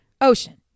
ocean